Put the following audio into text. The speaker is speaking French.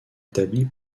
établis